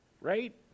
right